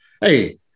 hey